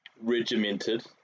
regimented